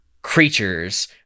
Creatures